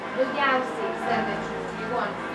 daugiausiai sergančiųjų ligonių